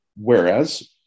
Whereas